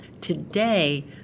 Today